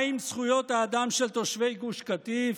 מה עם זכויות האדם של תושבי גוש קטיף,